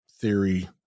theory